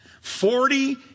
Forty